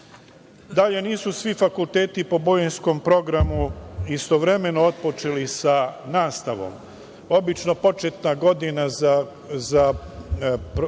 Dalje, nisu svi fakulteti po bolonjskom programu istovremeno otpočeli sa nastavom. Obično početna godina za bolonjski